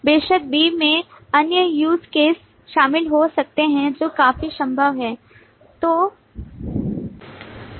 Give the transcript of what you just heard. बेशक B में अन्य यूसेजकेस शामिल हो सकते हैं जो काफी संभव है